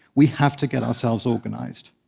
we have to get ourselves organized,